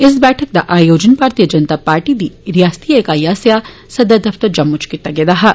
इस बैठक दा आयोजन भारतीय जनता पार्टी दी रियासती इकाई आस्सेआ सदर दफतर जम्मू इच कीता गेदा हा